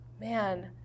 Man